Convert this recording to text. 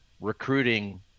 recruiting